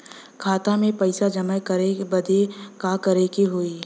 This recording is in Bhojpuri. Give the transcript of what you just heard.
खाता मे पैसा जमा करे बदे का करे के होई?